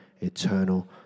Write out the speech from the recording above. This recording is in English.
eternal